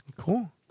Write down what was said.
Cool